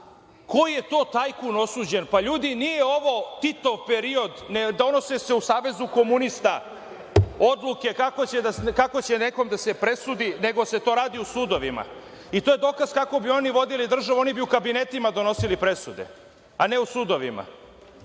koji je to tajkun osuđen. Pa, ljudi, nije ovo Titov period, ne donose se u Savezu komunista odluke kako će nekom da se presudi, nego se to radi u sudovima i to je dokaz kako bi oni vodili državu. Oni bi u kabinetima donosili presude, a ne u sudovima.